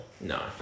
No